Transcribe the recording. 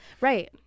right